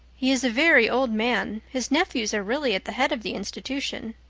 he is a very old man his nephews are really at the head of the institution.